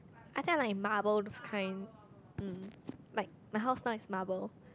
I think I like marbled kind mm like my house now is marble